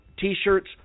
T-shirts